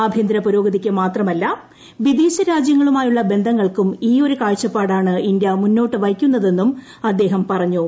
ആഭ്യന്തര പുരോഗതിയ്ക്കു മാത്രമല്ല വിദേശ രാജ്യങ്ങളുമായുള്ള ബന്ധങ്ങൾക്കും ഈയൊരു കാഴ്ചപ്പാടാണ് ഇന്ത്യ മുന്നോട്ട് വയ്ക്കുന്നതെന്ന് അദ്ദേഹം പറഞ്ഞു